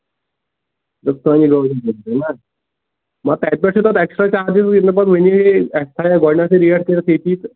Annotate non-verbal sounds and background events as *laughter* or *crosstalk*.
دپ *unintelligible* نا تتہِ پیٚٹھٕ چھُ پتہٕ ایٚکٕسٹرا چارجٕس مےٚ دپن مےٚ نِیِو اَسہِ تھٲوِو گۅڈنیٚتھٕے ریٹ کٔرِتھ ییٚتی تہٕ